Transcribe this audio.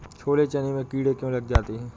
छोले चने में कीड़े क्यो लग जाते हैं?